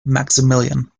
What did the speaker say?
maximilian